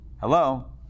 Hello